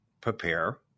prepare